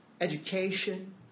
education